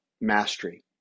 mastery